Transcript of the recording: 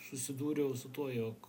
susidūriau su tuo jog